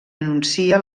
anuncia